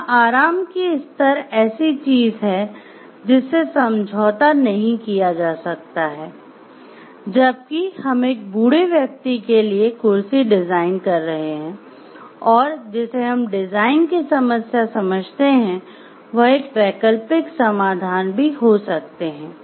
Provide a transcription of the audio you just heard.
यहाँ आराम की स्तर ऐसी चीज है जिससे समझौता नहीं किया जा सकता है जबकि हम एक बूढ़े व्यक्ति के लिए कुर्सी डिजाइन कर रहे हैं और जिसे हम डिजाइन की समस्या समझते हैं वह एक वैकल्पिक समाधान भी हो सकते हैं